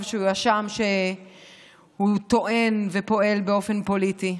שהוא יואשם שהוא טוען ופועל באופן פוליטי.